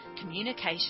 communication